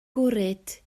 gwrhyd